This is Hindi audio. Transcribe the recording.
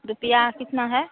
रुपया कितना है